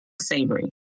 Savory